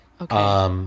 Okay